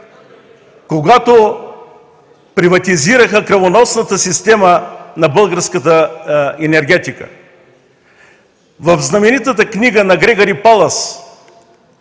България, приватизираха кръвоносната система на българската енергетика. В знаменитата книга на Грегъри Паласт